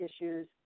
issues